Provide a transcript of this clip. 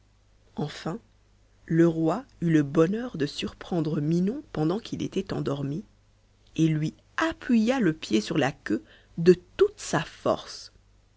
enfin le roi eut le bonheur de surprendre minon pendant qu'il était endormi et lui appuya le pied sur la queue de toute force